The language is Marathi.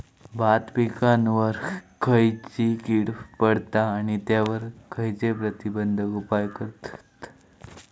भात पिकांवर खैयची कीड पडता आणि त्यावर खैयचे प्रतिबंधक उपाय करतत?